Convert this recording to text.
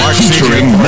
Featuring